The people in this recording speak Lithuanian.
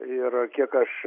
ir kiek aš